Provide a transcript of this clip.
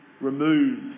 remove